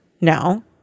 No